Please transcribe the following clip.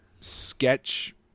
sketch